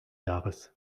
jahres